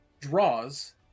draws